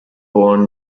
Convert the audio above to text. born